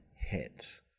hit